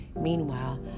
Meanwhile